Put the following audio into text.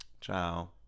Ciao